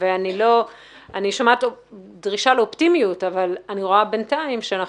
אני שומעת דרישה לאופטימיות אבל בינתיים אני רואה